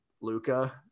Luca